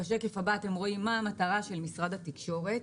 הייעוד של משרד התקשורת